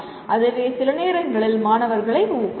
அதுவே சில நேரங்களில் மாணவர்களை ஊக்குவிக்கும்